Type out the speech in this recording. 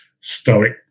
stoic